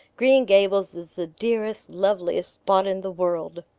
green gables is the dearest, loveliest spot in the world.